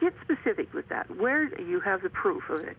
get specific with that where you have the proof of it